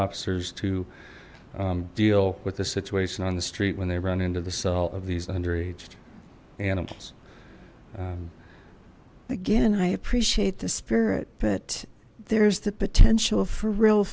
officers to deal with the situation on the street when they run into the cell of these under aged animals again i appreciate the spirit but there is the potential for real